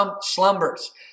slumbers